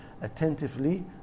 attentively